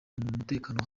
mutekano